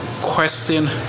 Question